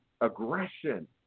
aggression